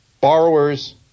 borrowers